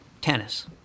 tennis